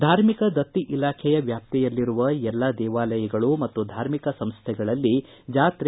ಥಾರ್ಮಿಕ ದತ್ತಿ ಇಲಾಖೆಯ ವ್ಯಾಪ್ತಿಯಲ್ಲಿರುವ ಎಲ್ಲ ದೇವಾಲಯಗಳು ಮತ್ತು ಧಾರ್ಮಿಕ ಸಂಸ್ಥೆಗಳಲ್ಲಿ ಜಾತ್ರೆ